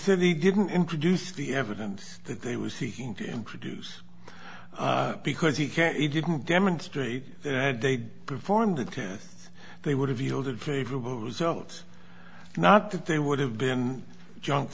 said he didn't introduce the evidence that they were seeking to introduce because he didn't demonstrate that they performed the test they would have yielded favorable results not that they would have been junk